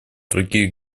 другие